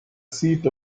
seat